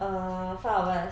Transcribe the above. uh five of us